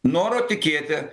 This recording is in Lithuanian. noro tikėti